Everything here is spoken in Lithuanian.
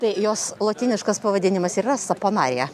tai jos lotyniškas pavadinimas yra saponaja